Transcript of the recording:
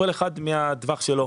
כל אחד מהטווח שלו.